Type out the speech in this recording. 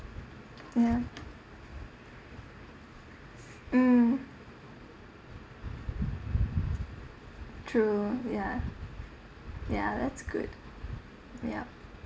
ya mm true ya ya that's good yup